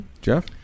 Jeff